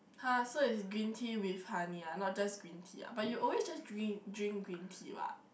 [huh] so it's green tea with honey ah not just green tea ah but you always just drin~ drink green tea [what]